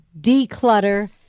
declutter